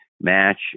match